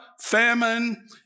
famine